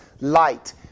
light